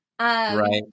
Right